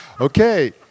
okay